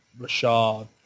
Rashad